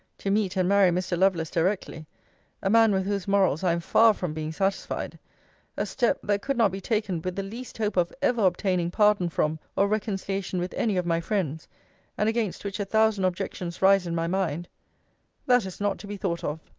to meet and marry mr. lovelace directly a man with whose morals i am far from being satisfied a step, that could not be taken with the least hope of ever obtaining pardon from or reconciliation with any of my friends and against which a thousand objections rise in my mind that is not to be thought of.